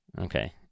Okay